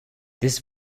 this